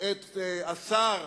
את השר